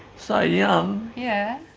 so young. yeah.